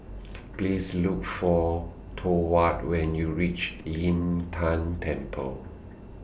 Please Look For Thorwald when YOU REACH Lin Tan Temple